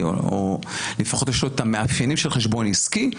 או לפחות שיש לו את המאפיינים של חשבון עסקי,